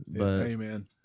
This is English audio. Amen